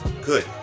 Good